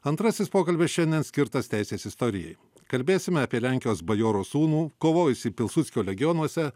antrasis pokalbis šiandien skirtas teisės istorijai kalbėsime apie lenkijos bajoro sūnų kovojusį pilsudskio legionuose